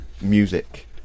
music